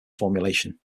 formulation